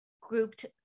grouped